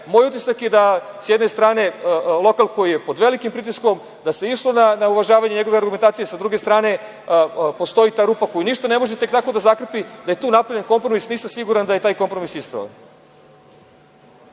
Moj utisak je da sa jedne strane lokal koji je pod velikim pritiskom, da se išlo na uvažavanje njegove argumentacije, a sa druge strane postoji ta rupa koja ništa ne može tek tako da zakrpi. Da je tu napravljen kompromis, nisam siguran da je taj kompromis ispravan.